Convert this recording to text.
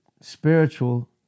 spiritual